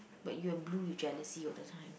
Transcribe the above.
but you are blue with jealousy all the time